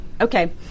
okay